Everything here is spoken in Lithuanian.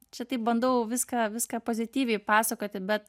čia taip bandau viską viską pozityviai pasakoti bet